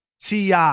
ti